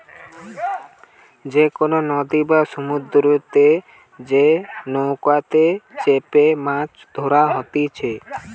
যে কোনো নদী বা সমুদ্রতে যে নৌকাতে চেপেমাছ ধরা হতিছে